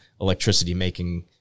electricity-making